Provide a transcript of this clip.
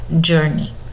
journey